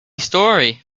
story